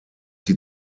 die